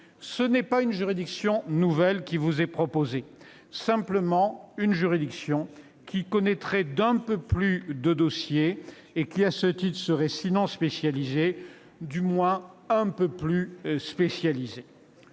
Ce n'est pas une juridiction nouvelle qui vous est proposée, simplement une juridiction qui connaîtrait d'un peu plus de dossiers et serait, à ce titre, sinon spécialisée, du moins un peu plus spécialisée.